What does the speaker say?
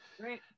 great